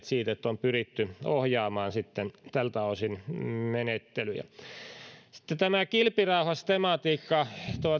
siitä että on pyritty ohjaamaan tältä osin menettelyjä sitten tämä kilpirauhastematiikka